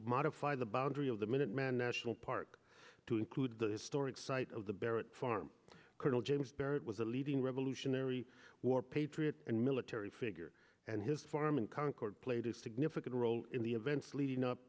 modify the boundary of the minuteman national park to include the historic site of the barrack farm colonel james byrd was a leading revolutionary war patriot and military figure and his farm in concord played a significant role in the events leading up